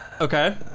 Okay